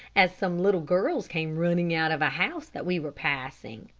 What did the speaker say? as some little girls came running out of a house that we were passing.